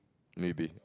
maybe